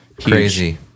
Crazy